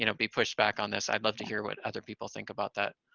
you know be pushed back on this. i'd love to hear what other people think about that.